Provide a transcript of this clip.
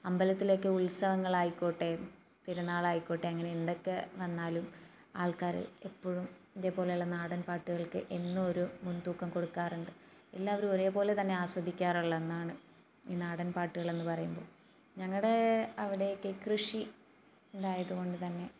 അമ്പലത്തിലൊക്കെ ഉത്സവങ്ങൾ ആയിക്കോട്ടെ പെരുന്നാൾ ആയിക്കോട്ടെ അങ്ങനെ എന്തൊക്കെ വന്നാലും ആൾക്കാർ എപ്പോഴും ഇതേ പോലെയുള്ള നാടൻ പാട്ടുകൾക്ക് എന്നും ഒരു മുൻതൂക്കം കൊടുക്കാറുണ്ട് എല്ലാവരും ഒരേ പോലെ തന്നെ ആസ്വദിക്കാറുള്ള ഒന്നാണ് ഈ നാടൻപാട്ടുകൾ എന്ന് പറയുമ്പോൾ ഞങ്ങളുടെ അവിടെയൊക്കെ കൃഷി ഇതായത് കൊണ്ട് തന്നെ